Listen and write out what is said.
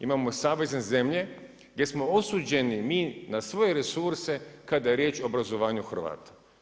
Imamo savezne zemlje gdje smo osuđeni mi na svoje resurse kada je riječ o obrazovanju Hrvata.